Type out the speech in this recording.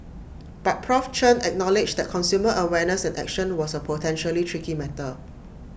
but Prof Chen acknowledged that consumer awareness and action was A potentially tricky matter